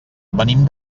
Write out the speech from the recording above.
venim